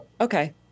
Okay